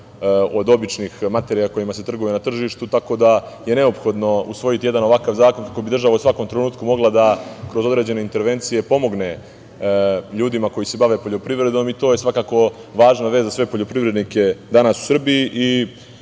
od običnih materija kojima se trguje na tržištu, tako da je neophodno usvojiti jedan ovakav zakon kako bi država u svakom trenutku mogla da kroz određene intervencije pomogne ljudima koji se bave poljoprivredom i to je svakako važna vest za sve poljoprivrednike danas u Srbiji